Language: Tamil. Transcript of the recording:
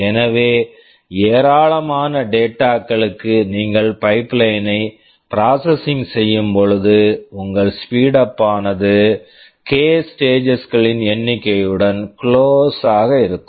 எனவே ஏராளமான டேட்டா data களுக்கு நீங்கள் பைப்லைனை pipeline ப்ராசஸிங் processing செய்யும் பொழுது உங்கள் ஸ்பீட்அப் speedup ஆனது கே k ஸ்டேஜஸ் stages களின் எண்ணிக்கையுடன் குளோஸ் close ஆக இருக்கும்